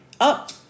up